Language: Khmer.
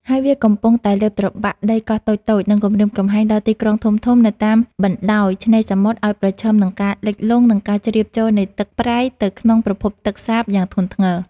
ហើយវាកំពុងតែលេបត្របាក់ដីកោះតូចៗ និងគំរាមកំហែងដល់ទីក្រុងធំៗនៅតាមបណ្ដោយឆ្នេរសមុទ្រឱ្យប្រឈមនឹងការលិចលង់ និងការជ្រាបចូលនៃទឹកប្រៃទៅក្នុងប្រភពទឹកសាបយ៉ាងធ្ងន់ធ្ងរ។